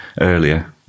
earlier